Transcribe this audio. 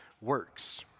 works